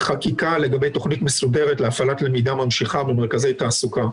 חקיקה לגבי תוכנית מסודרת להפעלת למידה ממשיכה במרכזי תעסוקה.